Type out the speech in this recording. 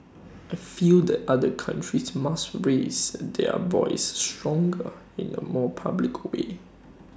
I feel that other countries must raise their voice stronger in A more public way